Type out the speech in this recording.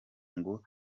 ngo